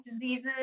diseases